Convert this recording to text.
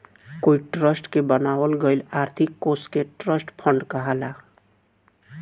कोई ट्रस्ट के बनावल गईल आर्थिक कोष के ट्रस्ट फंड कहाला